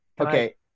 Okay